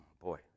boy